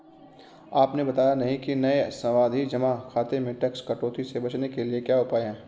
आपने बताया नहीं कि नये सावधि जमा खाते में टैक्स कटौती से बचने के क्या उपाय है?